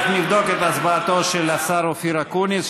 אנחנו נבדוק את הצבעתו של השר אופיר אקוניס,